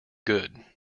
good